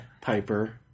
Piper